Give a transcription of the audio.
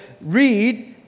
read